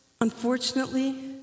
unfortunately